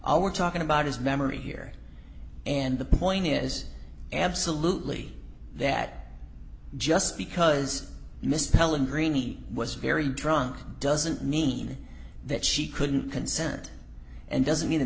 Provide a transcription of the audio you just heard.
i were talking about his memory here and the point is absolutely that just because misspelling greeny was very drunk doesn't mean that she couldn't consent and doesn't mean th